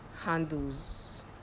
handles